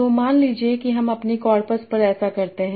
तो मान लीजिए कि हम अपनी कॉरपस पर ऐसा करते हैं